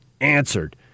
answered